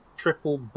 Triple